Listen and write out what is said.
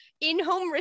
in-home